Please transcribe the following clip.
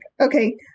okay